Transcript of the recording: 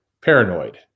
paranoid